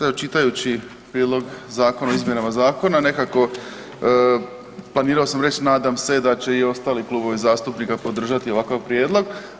Evo čitajući Prijedlog zakona o izmjenama zakona nekako planirao sam reć nadam se da će i ostali klubovi zastupnika podržati ovakav prijedlog.